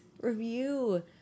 review